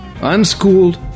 Unschooled